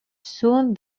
soon